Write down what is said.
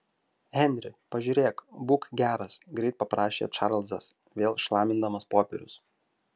henri pažiūrėk būk geras greit paprašė čarlzas vėl šlamindamas popierius